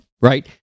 right